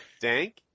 Dank